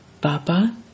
Baba